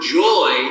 joy